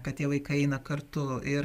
kad tie vaikai eina kartu ir